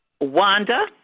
Wanda